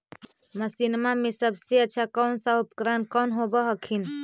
मसिनमा मे सबसे अच्छा कौन सा उपकरण कौन होब हखिन?